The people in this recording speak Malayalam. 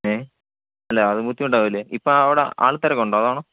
ഏ അല്ല അത് ബുദ്ധിമുട്ടാവില്ലേ ഇപ്പോള് അവിടെ ആള്ത്തിരക്കുണ്ടോ അതാണോ